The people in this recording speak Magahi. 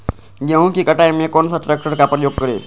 गेंहू की कटाई में कौन सा ट्रैक्टर का प्रयोग करें?